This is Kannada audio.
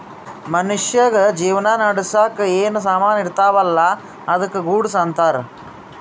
ಮನ್ಶ್ಯಾಗ್ ಜೀವನ ನಡ್ಸಾಕ್ ಏನ್ ಸಾಮಾನ್ ಇರ್ತಾವ ಅಲ್ಲಾ ಅದ್ದುಕ ಗೂಡ್ಸ್ ಅಂತಾರ್